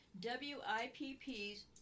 WIPP's